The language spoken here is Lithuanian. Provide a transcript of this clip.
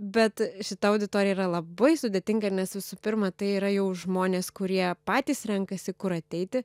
bet šita auditorija yra labai sudėtinga ir nes visų pirma tai yra jau žmonės kurie patys renkasi kur ateiti